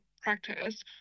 practice